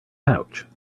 pouch